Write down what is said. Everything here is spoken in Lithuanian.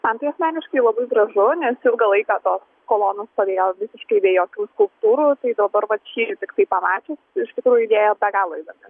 man tai asmeniškai labai gražu nes ilgą laiką tos kolonos stovėjo visiškai be jokių skulptūrų tai dabar vat šįryt tiktai pamačius iš tikrųjų idėja be galo įdomi